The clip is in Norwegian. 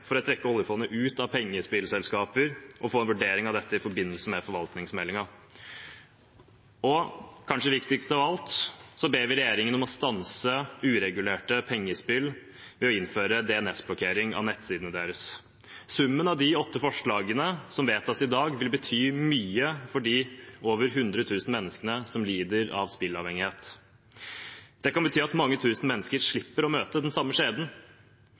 for å trekke oljefondet ut av pengespillselskaper og få en vurdering av dette i forbindelse med forvaltningsmeldingen. Og kanskje viktigst av alt: Vi ber regjeringen om å stanse uregulerte pengespill ved å innføre DNS-blokkering av nettsidene deres. Summen av de åtte forslagene som vedtas i dag, vil bety mye for de over hundre tusen menneskene som lider av spilleavhengighet. Det kan bety at mange tusen mennesker slipper å møte den samme